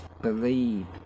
believe